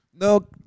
No